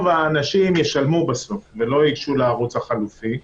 האנשים ישלמו בסוף ולא ייגשו לערוץ החלופי.